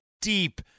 deep